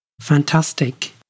Fantastic